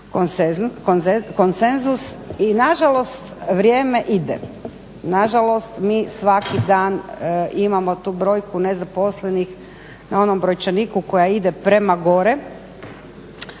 konsenzus. I nažalost vrijeme ide, nažalost mi svaki dan imamo tu brojku nezaposlenih na onom brojčaniku koja ide prema gore